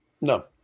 No